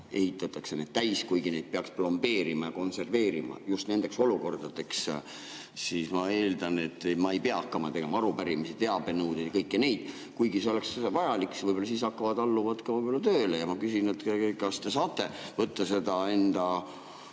ehitatakse need täis, kuigi neid peaks plombeerima ja konserveerima just nendeks olukordadeks. Ma eeldan, et ma ei pea hakkama tegema arupärimisi, teabenõudeid ja kõike seda, kuigi see oleks vajalik, sest võib-olla siis hakkavad alluvad ka tööle. Ma küsin, kas te saate võtta seda enda